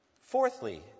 Fourthly